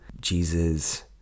Jesus